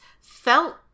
felt